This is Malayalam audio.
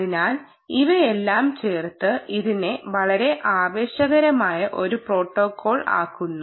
അതിനാൽ ഇവയെല്ലാം ചേർത്ത് ഇതിനെ വളരെ ആവേശകരമായ ഒരു പ്രോട്ടോക്കോൾ ആക്കുന്നു